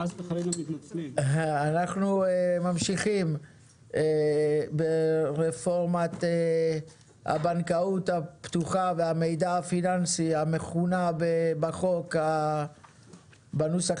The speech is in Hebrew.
אנחנו ממשיכים ברפורמת הבנקאות הפתוחה והמידע הפיננסי המכונה בחוק בנוסח